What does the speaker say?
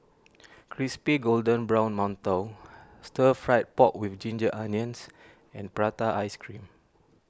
Crispy Golden Brown Mantou Stir Fried Pork with Ginger Onions and Prata Ice Cream